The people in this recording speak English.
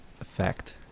effect